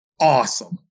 awesome